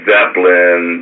Zeppelin